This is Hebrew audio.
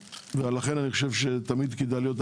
לכן אני חושב שתמיד כדאי להיות.